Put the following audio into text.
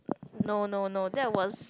no no no that was